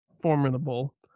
formidable